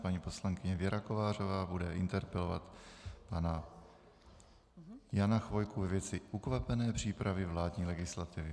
Paní poslankyně Věra Kovářová bude interpelovat pana Jana Chvojku ve věci ukvapené přípravy vládní legislativy.